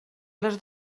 les